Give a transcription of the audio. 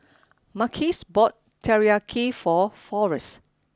Marquise bought Teriyaki for Forest